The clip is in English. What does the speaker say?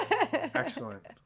Excellent